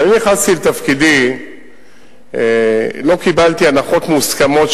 כשאני נכנסתי לתפקידי לא קיבלתי הנחות מוסכמות